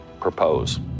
propose